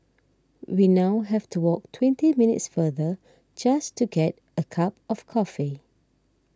we now have to walk twenty minutes farther just to get a cup of coffee